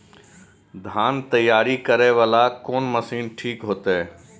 धान तैयारी करे वाला कोन मशीन ठीक होते?